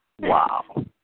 Wow